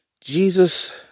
jesus